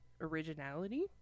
originality